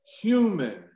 human